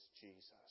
Jesus